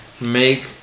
make